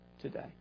today